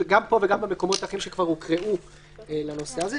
גם פה וגם במקומות אחרים שכבר נקראו לנושא הזה.